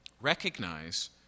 Recognize